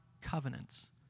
covenants